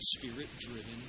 spirit-driven